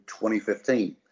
2015